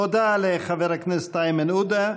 תודה לחבר הכנסת איימן עודה.